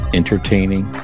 entertaining